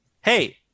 Hey